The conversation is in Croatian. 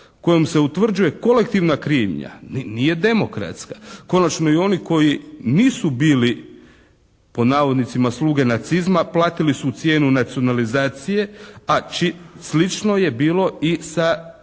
kojom se utvrđuje kolektivna krivnja nije demokratska. Konačno i oni koji nisu bili "sluge nacizma" platili su cijenu nacionalizacije a slično je bilo i sa